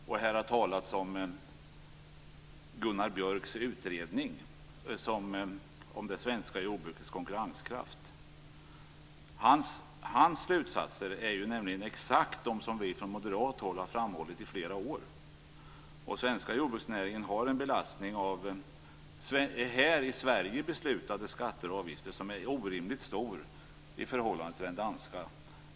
Det har här talats om Gunnar Björks utredning om det svenska jordbrukets konkurrenskraft. Hans slutsatser är nämligen exakt de som vi från moderat håll har framhållit under flera år. Den svenska jordbruksnäringen har en belastning av här i Sverige beslutade skatter och avgifter som är orimligt stora i förhållande till de danska.